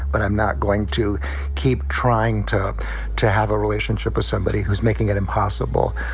but i'm not going to keep trying to to have a relationship with somebody who's making it impossible.